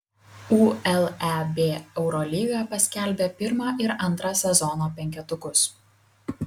uleb eurolyga paskelbė pirmą ir antrą sezono penketukus